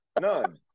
None